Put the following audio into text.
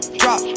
drop